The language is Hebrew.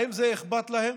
האם זה אכפת להם?